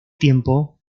tiempo